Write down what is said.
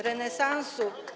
Renesansu.